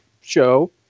show